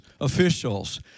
officials